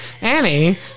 Annie